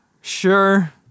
sure